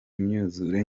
imyuzure